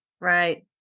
Right